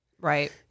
Right